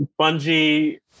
Bungie